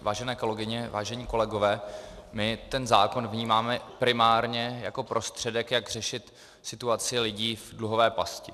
Vážené kolegyně, vážení kolegové, my ten zákon vnímáme primárně jako prostředek, jak řešit situaci lidí v dluhové pasti.